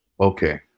okay